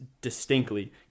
distinctly